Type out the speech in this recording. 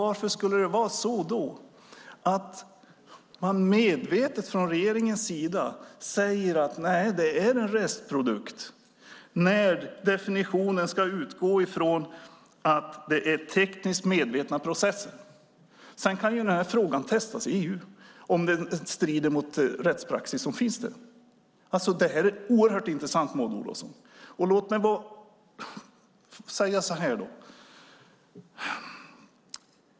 Varför skulle då regeringen medvetet säga att det är en restprodukt, när definitionen ska utgå från att det handlar om tekniskt medvetna processer? Sedan kan ju frågan testas i EU, om detta strider mot den rättspraxis som finns där. Detta är oerhört intressant, Maud Olofsson!